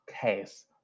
case